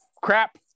crap